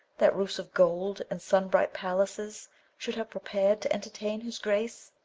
that roofs of gold and sun-bright palaces should have prepar'd to entertain his grace?